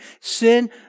Sin